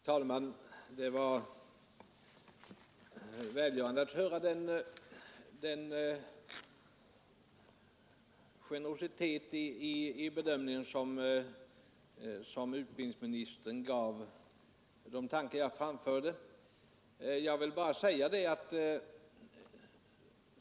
Herr talman! Det var välgörande att få bevittna utbildningsministerns generositet i bedömningen av de tankar jag framförde.